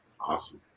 Awesome